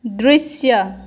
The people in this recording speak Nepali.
दृश्य